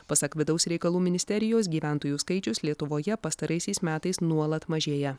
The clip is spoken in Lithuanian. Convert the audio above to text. pasak vidaus reikalų ministerijos gyventojų skaičius lietuvoje pastaraisiais metais nuolat mažėja